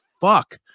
fuck